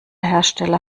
hersteller